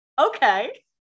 Okay